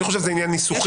אני חושב שזה עניין ניסוחי.